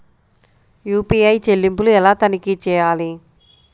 UPI చెల్లింపులు ఎలా తనిఖీ చేయాలి?